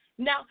Now